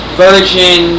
virgin